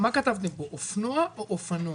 למה לא לכתוב פשוט "רכב דו-גלגלי"?